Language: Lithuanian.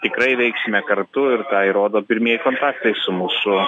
tikrai veiksime kartu ir tą įrodo pirmieji kontaktai su mūsų